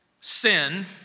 sin